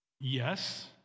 Yes